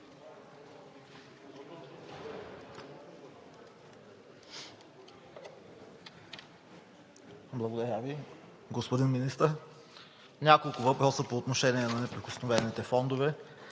Благодаря Ви. Господин Министър, няколко въпроса по отношение на неприкосновените фондове.